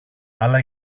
αλλά